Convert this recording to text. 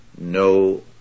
no